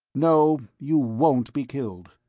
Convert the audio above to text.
no, you won't be killed.